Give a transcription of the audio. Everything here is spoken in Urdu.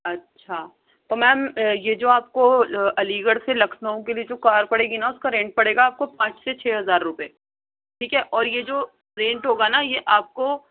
اچھا تو میم یہ جو آپ کو علی گڑھ سے لکھنؤ کے لئے جو کار پڑے گی نا اُس کا رینٹ پڑے گا آپ کو پانچ سے چھ ہزار روپے ٹھیک ہے اور یہ جو رینٹ ہوگا نا یہ آپ کو